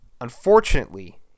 Unfortunately